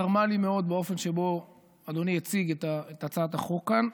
צרם לי מאוד האופן שבו אדוני הציג את הצעת החוק כאן.